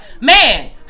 Man